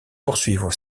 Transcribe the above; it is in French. poursuivre